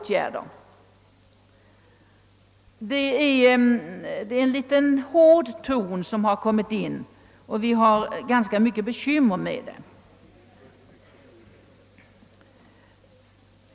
Tonen har blivit litet hård, och detta har vållat oss ganska stora bekymmer.